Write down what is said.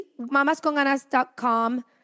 mamasconganas.com